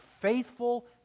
faithful